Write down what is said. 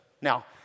Now